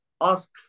ask